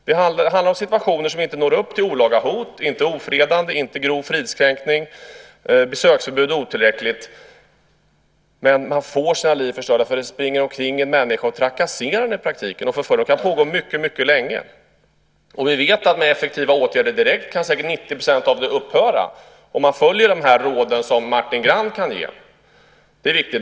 Det handlar om situationer som inte når upp till olaga hot, inte till ofredande och inte till grov fridskränkning. Besöksförbud är otillräckligt. Ändå får man sitt liv förstört därför att det springer omkring en människa och trakasserar och förföljer en, och detta kan pågå mycket länge. Vi vet att med effektiva åtgärder direkt, om man följer de råd Martin Grann ger, kan säkert 90 % av detta upphöra. Det är viktigt.